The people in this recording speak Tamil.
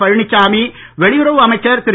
பழனிச்சாமி வெளியுறவு அமைச்சர் திரு